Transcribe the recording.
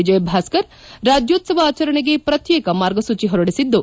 ವಿಜಯಭಾಸ್ಕರ್ ರಾಜ್ಣೋತ್ಲವ ಆಚರಣೆಗೆ ಪ್ರತ್ತೇಕ ಮಾರ್ಗಸೂಚಿ ಹೊರಡಿಸಿದ್ದು